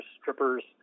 strippers